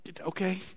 okay